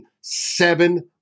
seven